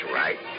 right